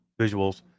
visuals